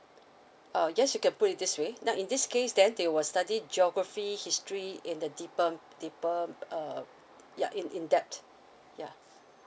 uh yes you can put it this way now in this case then they will study geography history in the deeper deeper um ya in in depth yeuh